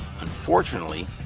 Unfortunately